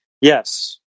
Yes